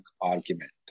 argument